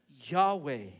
Yahweh